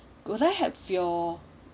could I have your